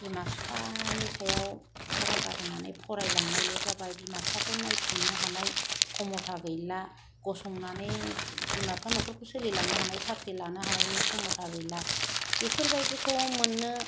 बिमा बिफानि सायाव थाखा गारहोनानै फरायलांनायल' जाबाय बिमा बिफाखौ नायफिननो हानाय खमथा गैला गसंनानै बिमा बिफानि न'खरखौ सोलिलांनो हानाय साख्रि लानो हानायनि खमथा गैला बेफोरबायदिखौ मोननो